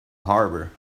harbour